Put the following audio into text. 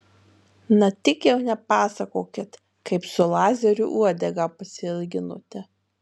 na tik jau nepasakokit kaip su lazeriu uodegą pasiilginote